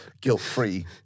guilt-free